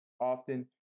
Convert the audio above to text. often